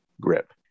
grip